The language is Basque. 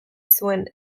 zuen